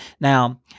Now